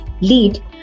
lead